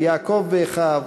יעקב ואחיו,